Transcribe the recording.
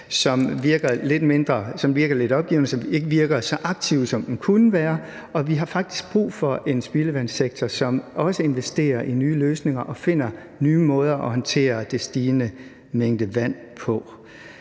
som virker lidt opgivende, og som ikke virker så aktiv, som den kunne gøre, og vi har faktisk brug for en spildevandssektor, som også investerer i nye løsninger og finder nye måder at håndtere den stigende mængde vand på.